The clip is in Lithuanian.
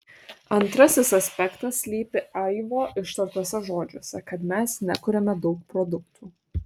antrasis aspektas slypi aivo ištartuose žodžiuose kad mes nekuriame daug produktų